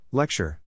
Lecture